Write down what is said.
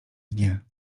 dnie